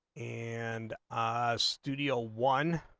and i's studio one